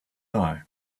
die